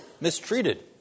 mistreated